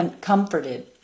comforted